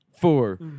four